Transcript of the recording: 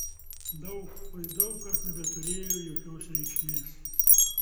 daug oi daug kas nebeturėjo jokios reikšmės